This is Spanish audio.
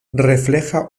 refleja